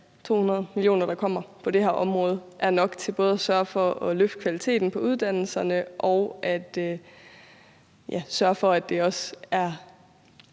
200 mio. kr., der kommer på det her område, er nok til både at sørge for at løfte kvaliteten på uddannelserne og at sørge for, at den